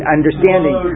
understanding